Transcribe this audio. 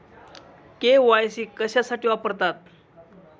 KYC कशासाठी वापरतात?